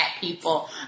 people